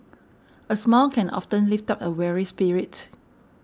a smile can often lift up a weary spirit